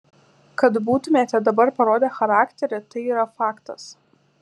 kad būtumėme dabar parodę charakterį tai yra faktas